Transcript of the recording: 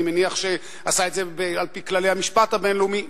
אני מניח שעשה את זה על-פי כללי המשפט הבין-לאומי.